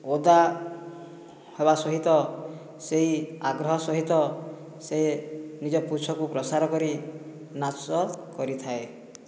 ଓଦା ହେବା ସହିତ ସେହି ଆଗ୍ରହ ସହିତ ସେ ନିଜ ପୁଚ୍ଛକୁ ପ୍ରସାର କରି ନାଚ କରିଥାଏ